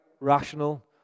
rational